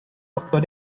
doktor